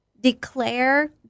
declare